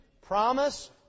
promise